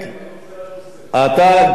אתה כרגע לא יושב-ראש.